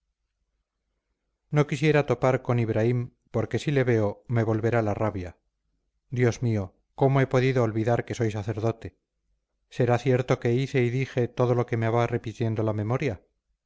no quisiera topar con ibraim porque si le veo me volverá la rabia dios mío cómo he podido olvidar que soy sacerdote será cierto que hice y dije todo lo que me va repitiendo la memoria